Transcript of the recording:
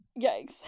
yikes